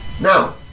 Now